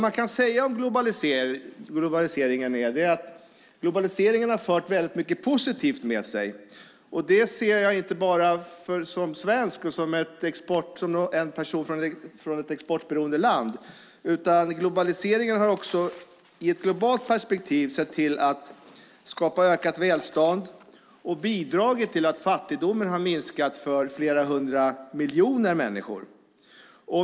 Man kan säga att globaliseringen har fört mycket positivt med sig. Det ser jag inte bara som svensk och som en person från ett exportberoende land. Globaliseringen har också i ett globalt perspektiv skapat ett ökat välstånd och bidragit till att fattigdomen har minskat för flera hundra miljoner människor.